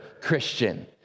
Christian